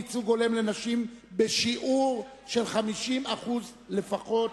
ייצוג הולם לנשים בשיעור של 50% לפחות),